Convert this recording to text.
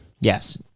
yes